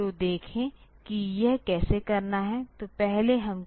तो देखें कि यह कैसे करना है तो पहले हम क्या करते हैं